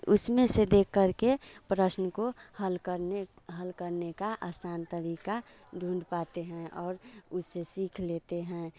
उसमें से देख करके प्रश्न को हल करने हल करने का आसान तरीका ढूंढ पाते हैं और उसे सिख लेते हैं